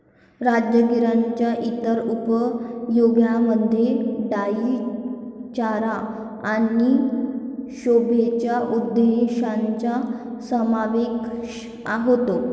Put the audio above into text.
राजगिराच्या इतर उपयोगांमध्ये डाई चारा आणि शोभेच्या उद्देशांचा समावेश होतो